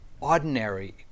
ordinary